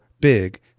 big